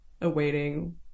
Awaiting